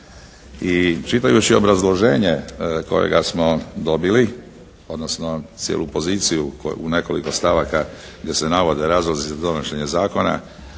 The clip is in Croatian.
I čitajući obrazloženje kojega smo dobili odnosno cijelu poziciju u nekoliko stavaka gdje se navode razlozi da